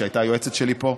שהייתה יועצת שלי פה,